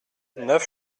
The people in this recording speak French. neuf